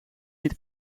niet